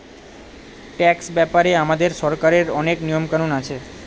tax ব্যাপারে আমাদের সরকারের অনেক নিয়ম কানুন আছে